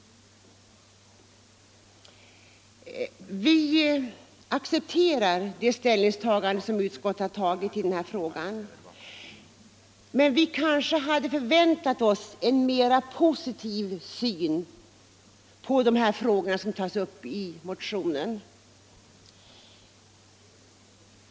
Vi accepterar utskottets ställningstagande men hade kanske förväntat oss en mer positiv syn på de frågor som tas upp i motionen.